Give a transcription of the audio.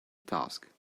task